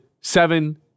seven